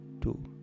two